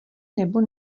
nebo